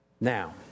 Now